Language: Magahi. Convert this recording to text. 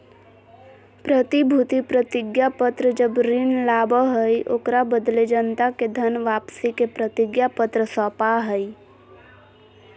प्रतिभूति प्रतिज्ञापत्र जब ऋण लाबा हइ, ओकरा बदले जनता के धन वापसी के प्रतिज्ञापत्र सौपा हइ